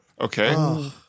Okay